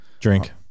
Drink